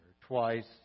Twice